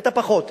היתה פחות,